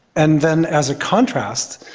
and then as a contrast,